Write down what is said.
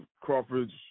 Crawford's